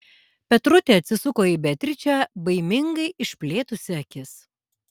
petrutė atsisuko į beatričę baimingai išplėtusi akis